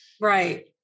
Right